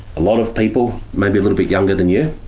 a lot of people, maybe a little bit younger than you,